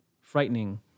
frightening